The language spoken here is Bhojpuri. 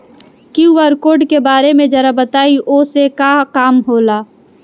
क्यू.आर कोड के बारे में जरा बताई वो से का काम होला?